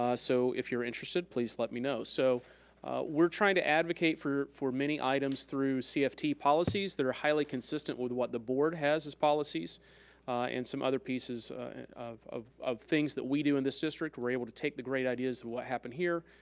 ah so if you're interested, please let me know. so we're trying to advocate for for many items through cft policies that are highly consistent with what the board has as policies and some other pieces of of things that we do in this district, we're able to take the great ideas of what happened here,